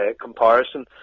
comparison